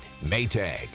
Maytag